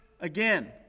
again